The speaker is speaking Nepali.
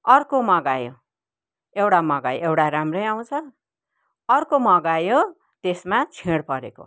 अर्को मगायो एउटा मगायो एउटा राम्रै आउँछ अर्को मगायो त्यसमा छेँड परेको